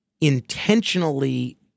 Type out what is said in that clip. intentionally